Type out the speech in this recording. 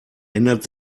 ändert